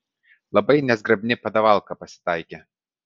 labai nezgrabni padavalka pasitaikė